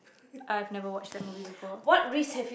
I've never watched that movie before